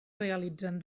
realitzen